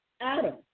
Adam